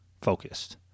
focused